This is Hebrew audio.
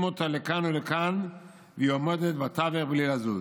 אותה לכאן ולכאן והיא עומדת בתווך בלי לזוז.